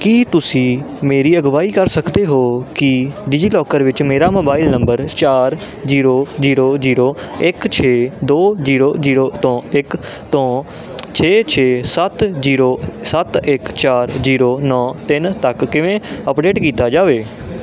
ਕੀ ਤੁਸੀਂ ਮੇਰੀ ਅਗਵਾਈ ਕਰ ਸਕਦੇ ਹੋ ਕਿ ਡਿਜੀਲਾਕਰ ਵਿੱਚ ਮੇਰਾ ਮੋਬਾਈਲ ਨੰਬਰ ਚਾਰ ਜੀਰੋ ਜੀਰੋ ਜੀਰੋ ਇੱਕ ਛੇ ਦੋ ਜੀਰੋ ਜੀਰੋ ਤੋਂ ਇੱਕ ਤੋਂ ਛੇ ਛੇ ਸੱਤ ਜੀਰੋ ਸੱਤ ਇੱਕ ਚਾਰ ਜੀਰੋ ਨੌਂ ਤਿੰਨ ਤੱਕ ਕਿਵੇਂ ਅੱਪਡੇਟ ਕੀਤਾ ਜਾਵੇ